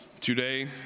today